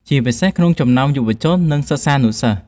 ជាពិសេសក្នុងចំណោមយុវជន និងសិស្សានុសិស្ស។